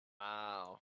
Wow